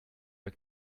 her